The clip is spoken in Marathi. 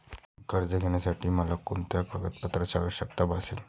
कर्ज घेण्यासाठी मला कोणत्या कागदपत्रांची आवश्यकता भासेल?